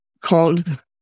called